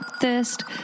thirst